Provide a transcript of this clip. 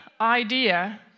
idea